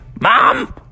Mom